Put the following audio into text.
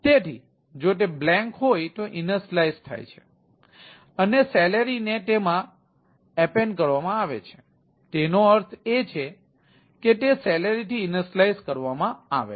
તેથી જો gender પહેલેથી જ dictorg માં છે કરે છે